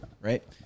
right